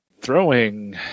Throwing